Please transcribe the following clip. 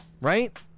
right